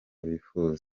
bifuza